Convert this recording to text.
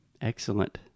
Excellent